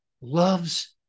loves